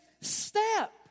step